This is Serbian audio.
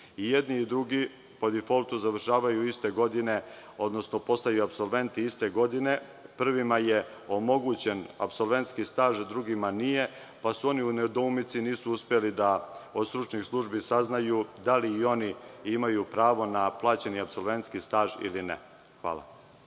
I jedni i drugi završavaju iste godine, odnosno postaju apsolventi iste godine. Prvima je omogućen apsolventski staž, a drugima nije, pa su oni u nedoumici, a nisu uspeli od stručnih službi da saznaju da li i oni imaju pravo na plaćeni apsolventski staž ili ne. Hvala.